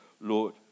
Lord